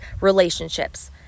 relationships